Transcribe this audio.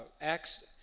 Acts